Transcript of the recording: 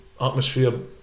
atmosphere